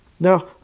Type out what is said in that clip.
Now